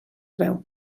veu